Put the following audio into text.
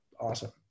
awesome